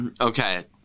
Okay